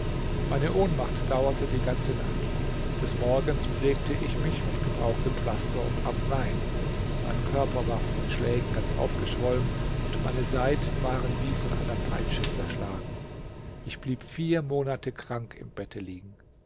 meine ohnmacht dauerte die ganze nacht des morgens pflegte ich mich und gebrauchte pflaster und arzneien mein körper war von den schlägen ganz aufgeschwollen und meine seiten waren wie von einer peitsche zerschlagen ich blieb vier monate krank im bette liegen